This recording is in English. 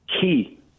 key